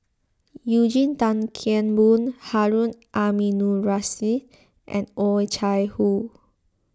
Eugene Tan Kheng Boon Harun Aminurrashid and Oh Chai Hoo